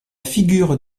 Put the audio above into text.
figure